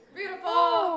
Beautiful